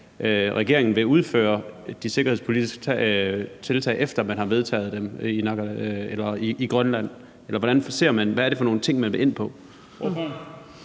regeringen vil udføre de sikkerhedspolitiske tiltag, efter man har vedtaget dem i Grønland? Eller hvordan ser man på det?